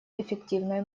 эффективной